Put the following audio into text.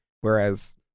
whereas